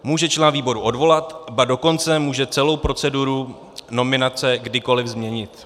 Může člena výboru odvolat, ba dokonce může celou proceduru nominace kdykoli změnit.